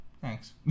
thanks